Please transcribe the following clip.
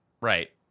Right